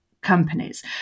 companies